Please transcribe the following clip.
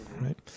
right